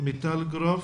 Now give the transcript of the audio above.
מיטל גרף?